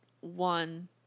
one